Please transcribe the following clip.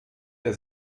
der